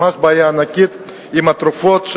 ממש בעיה ענקית עם התרופות,